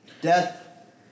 Death